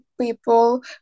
people